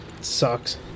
Sucks